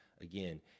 again